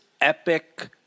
epic